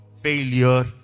failure